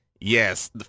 yes